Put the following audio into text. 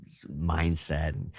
mindset